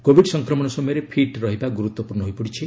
Covid ସଂକ୍ରମଣ ସମୟରେ fit ରହିବା ଗୁରୁତ୍ୱପୂର୍ଣ୍ଣ ହୋଇପଡ଼ିଛି